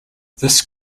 this